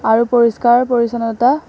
আৰু পৰিষ্কাৰ পৰিছন্নতা